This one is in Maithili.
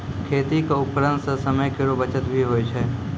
खेती क उपकरण सें समय केरो बचत भी होय छै